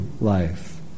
life